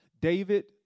David